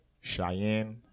Cheyenne